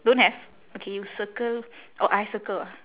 don't have okay you circle or I circle ah